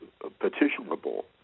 petitionable